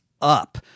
up